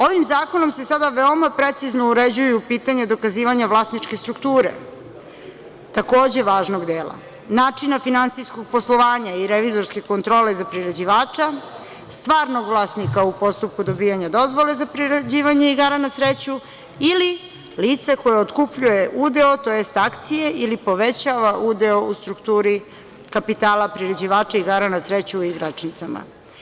Ovim zakonom se sada veoma precizno uređuju pitanja dokazivanja vlasničke strukture, takođe važnog dela, načina finansijskog poslovanja i revizorske kontrole za priređivača, stvarnog vlasnika u postupku dobijanja dozvole za priređivanje igara na sreću ili lice koje otkupljuje udeo, tj. akcije ili povećava udeo u strukturi kapitala priređivača igara na sreću ili igračicama.